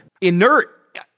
Inert